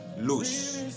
loose